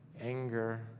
anger